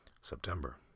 September